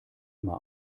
immer